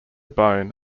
bone